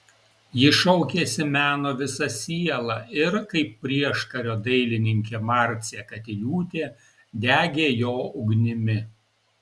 ji šaukėsi meno visa siela ir kaip prieškario dailininkė marcė katiliūtė degė jo ugnimi